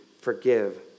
forgive